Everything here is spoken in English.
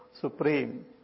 supreme